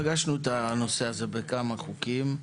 פגשנו את הנושא הזה בכמה חוקים,